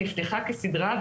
נפתחה כסדרה,